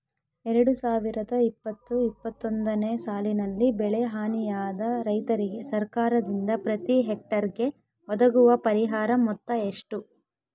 ಎರಡು ಸಾವಿರದ ಇಪ್ಪತ್ತು ಇಪ್ಪತ್ತೊಂದನೆ ಸಾಲಿನಲ್ಲಿ ಬೆಳೆ ಹಾನಿಯಾದ ರೈತರಿಗೆ ಸರ್ಕಾರದಿಂದ ಪ್ರತಿ ಹೆಕ್ಟರ್ ಗೆ ಒದಗುವ ಪರಿಹಾರ ಮೊತ್ತ ಎಷ್ಟು?